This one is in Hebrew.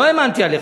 לא האמנתי עליך.